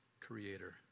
creator